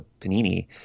Panini